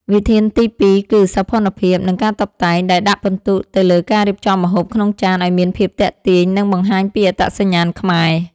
វិធានទីពីរគឺ សោភ័ណភាព និងការតុបតែង ដែលដាក់ពិន្ទុទៅលើការរៀបចំម្ហូបក្នុងចានឱ្យមានភាពទាក់ទាញ និងបង្ហាញពីអត្តសញ្ញាណខ្មែរ។